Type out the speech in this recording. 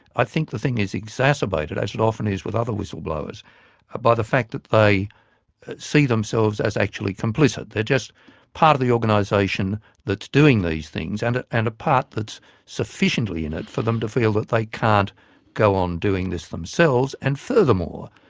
i think the thing is exacerbated, as it often is, with other whistleblowers ah by the fact that they see themselves as actually complicit. they're just part of the organisation that's doing these things, and a part that's sufficiently in it for them to feel that they can't go on doing this themselves. and furthermore,